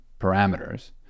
parameters